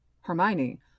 Hermione